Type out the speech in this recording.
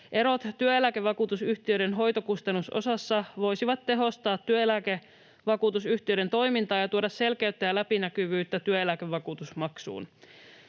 Erot työeläkevakuutusyhtiöiden hoitokustannusosassa voisivat tehostaa työeläkevakuutusyhtiöiden toimintaa ja tuoda selkeyttä ja läpinäkyvyyttä työeläkevakuutusmaksuun.